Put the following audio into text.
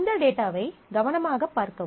இந்த டேட்டாவை கவனமாகப் பார்க்கவும்